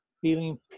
feeling